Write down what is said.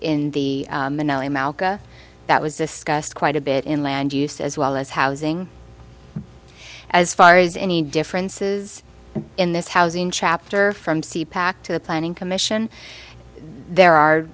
in the malka that was discussed quite a bit inland used as well as housing as far as any differences in this housing chapter from c pac to the planning commission there are